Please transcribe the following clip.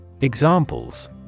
Examples